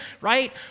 right